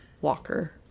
walker